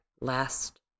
last